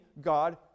God